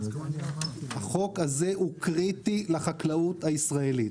הוא קריטי לחקלאות הישראלית.